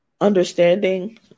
understanding